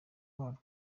warwo